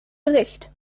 bericht